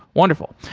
wonderful.